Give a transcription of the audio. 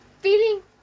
Feeling